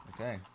Okay